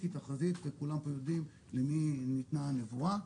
היא תחזית וכולם פה יודעים למי ניתנה הנבואה.